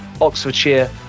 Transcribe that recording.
Oxfordshire